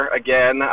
again